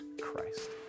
Christ